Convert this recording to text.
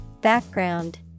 Background